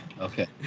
okay